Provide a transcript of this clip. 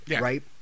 right